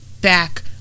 back